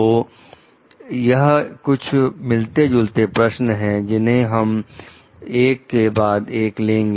तो यह कुछ मिलते जुलते प्रश्न हैं जिन्हें हम एक के बाद एक लेंगे